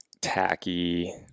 tacky